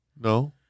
no